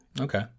Okay